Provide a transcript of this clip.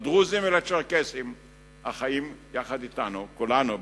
לדרוזים ולצ'רקסים החיים יחד אתנו, כולנו ביחד,